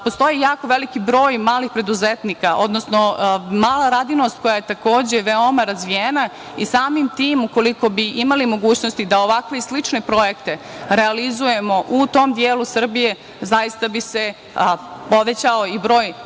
postoji jako veliki broj malih preduzetnika, odnosno mala radinost koja je veoma razvijena? Samim tim ukoliko bi imali mogućnosti da ovakve ili slične projekte realizujemo u tom delu Srbije, zaista bi se povećao i broj uposlenih